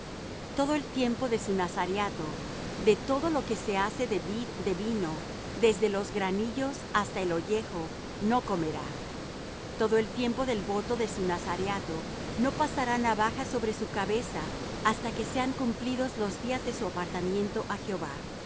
todo el tiempo de su nazareato de todo lo que se hace de vid de vino desde los granillos hasta el hollejo no comerá todo el tiempo del voto de su nazareato no pasará navaja sobre su cabeza hasta que sean cumplidos los días de su apartamiento á jehová